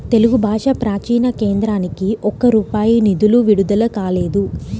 తెలుగు భాషా ప్రాచీన కేంద్రానికి ఒక్క రూపాయి నిధులు విడుదల కాలేదు